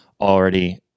already